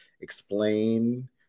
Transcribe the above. explain